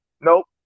nope